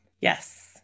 Yes